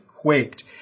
quaked